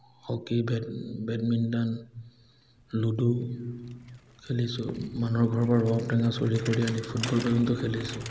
hockey bad badminton ludo খেলিছোঁ মানুহৰ ঘৰৰ পৰা ৰবাব টেঙা চুৰি কৰি আনি ফুটবল পৰ্যন্ত খেলিছোঁ